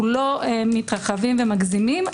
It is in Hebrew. לא מתרחבים ומגזימים.